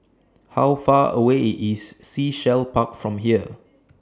How Far away IS Sea Shell Park from here